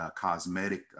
cosmetic